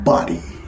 Body